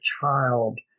child